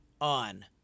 on